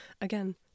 again